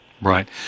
Right